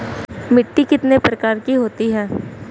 मिट्टी कितने प्रकार की होती हैं?